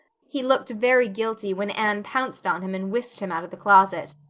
he looked very guilty when anne pounced on him and whisked him out of the closet.